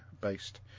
based